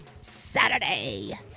Saturday